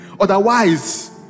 Otherwise